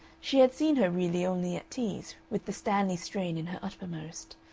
she had seen her really only at teas, with the stanley strain in her uppermost.